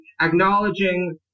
acknowledging